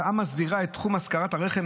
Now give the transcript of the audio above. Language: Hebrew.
ההצעה מסדירה את תחום השכרת הרכב,